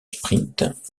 sprint